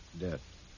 death